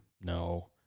No